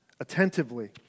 Attentively